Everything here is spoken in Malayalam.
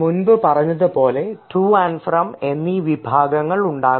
മുൻപ് പറഞ്ഞതുപോലെ ടു ആൻഡ് ഫ്രം എന്നീ വിഭാഗങ്ങൾ ഉണ്ടാകും